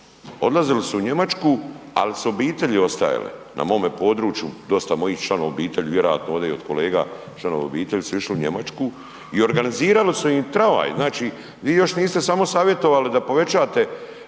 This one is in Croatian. odlazili su u Njemačku, ali su obitelji ostajale. Na mome području dosta mojih članova obitelji, vjerojatno ovde i od kolega članovi obitelji su išli u Njemačku i organizirali su im tramvaj. Znači vi još niste samo savjetovali da povećate